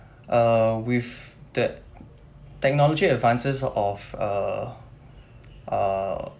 uh with tech~ technology advances of uh uh